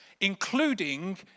including